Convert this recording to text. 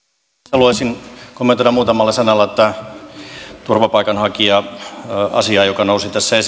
haluaisin kommentoida muutamalla sanalla tätä turvapaikanhakija asiaa joka nousi tässä